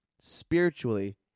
spiritually